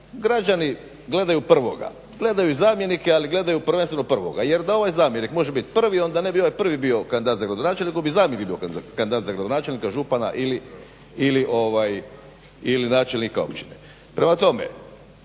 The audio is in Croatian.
Građani gledaju prvoga, gledaju zamjenike ali gledaju prvenstveno prvoga, jer da ovaj zamjenik može bit prvi, onda ne bi ovaj prvi bio kandidat za gradonačelnika nego bi zadnji bio kandidat za gradonačelnika, župana ili načelnika općine. Prema tome,